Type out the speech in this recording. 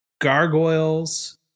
gargoyles